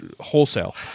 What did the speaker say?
wholesale